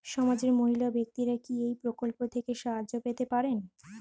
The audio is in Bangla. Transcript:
সমাজের মহিলা ব্যাক্তিরা কি এই প্রকল্প থেকে সাহায্য পেতে পারেন?